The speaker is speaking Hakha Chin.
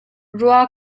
rua